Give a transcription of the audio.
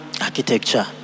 architecture